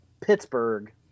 Pittsburgh